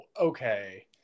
okay